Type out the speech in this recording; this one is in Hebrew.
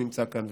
שנמצא כאן,